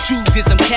Judaism